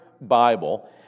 Bible